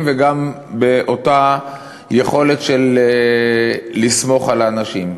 וגם באותה יכולת של לסמוך על האנשים.